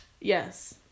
Yes